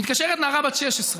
מתקשרת נערה בת 16,